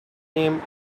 name